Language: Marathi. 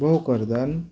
भोकरदन